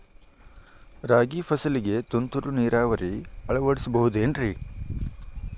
ರಾಗಿ ಫಸಲಿಗೆ ತುಂತುರು ನೇರಾವರಿ ಅಳವಡಿಸಬಹುದೇನ್ರಿ?